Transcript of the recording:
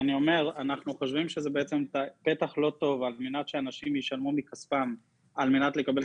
אני אומר שאנחנו חושבים שזה פתח לא טוב שאנשים ישלמו מכספם על מנת לקבל.